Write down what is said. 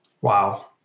Wow